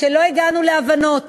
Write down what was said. לא הגענו להבנות